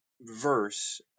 verse